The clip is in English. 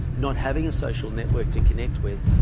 not having a social network to connect with,